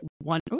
one